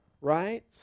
right